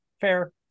fair